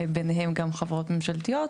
ביניהם גם חברות ממשלתיות,